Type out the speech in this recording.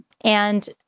And-